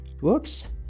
Works